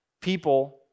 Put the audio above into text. people